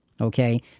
okay